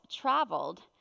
traveled